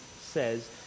says